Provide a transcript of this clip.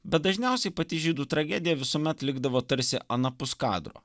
bet dažniausiai pati žydų tragedija visuomet likdavo tarsi anapus kadro